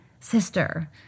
sister